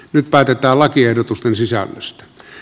nyt päätetään lakiehdotusten sisällöstä